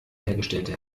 hergestellte